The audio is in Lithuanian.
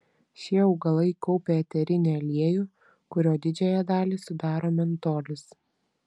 šie augalai kaupia eterinį aliejų kurio didžiąją dalį sudaro mentolis